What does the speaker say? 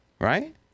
right